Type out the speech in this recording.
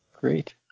Great